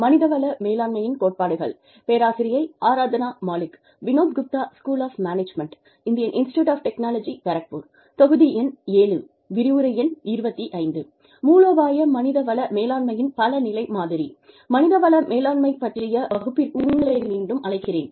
மனித வள மேலாண்மை பற்றிய வகுப்பிற்கு உங்களை மீண்டும் அழைக்கிறேன்